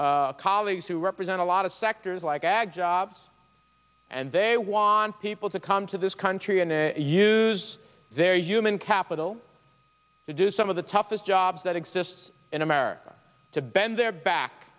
colleagues who represent a lot of sectors like ag jobs and they want to to come to this country and use their human capital to do some of the toughest jobs that exist in america to bend their back